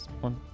one